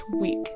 week